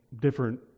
different